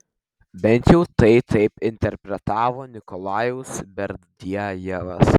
bent jau taip tai interpretavo nikolajus berdiajevas